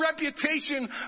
reputation